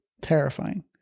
terrifying